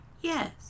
Yes